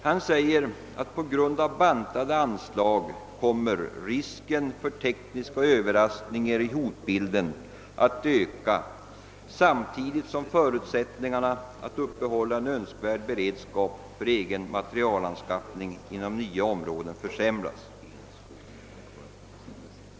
Han säger att på grund av bantade anslag kommer »risken för tekniska överraskningar i hotbilden ——— att öka samtidigt som förutsättningarna att upprätthålla en önskvärd beredskap för egen materielanskaffning inom nya områden ——— försämras.